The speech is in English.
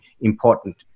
important